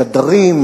שדרים,